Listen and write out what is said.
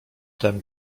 tem